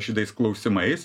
šitais klausimais